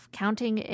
counting